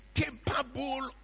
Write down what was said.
capable